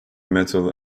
metal